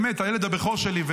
הילד הבכור שלי,